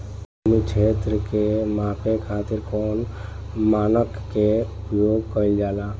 भूमि क्षेत्र के नापे खातिर कौन मानक के उपयोग कइल जाला?